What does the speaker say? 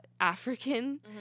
African